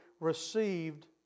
received